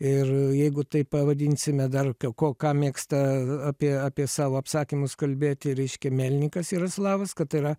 ir jeigu taip pavadinsime dar ko ką mėgsta apie apie savo apsakymus kalbėti reiškia melnikas juroslavas kad tai yra